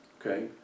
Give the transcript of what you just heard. Okay